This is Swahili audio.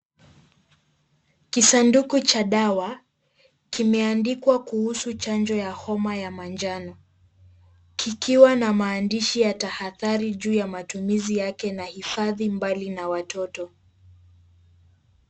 Kisanduku cha dawa, kimeandikwa kuhusu chanjo ya homa ya manjano. Kikiwa na maandishi ya tahadhari juu ya matumizi yake na hifadhi mbali na watoto.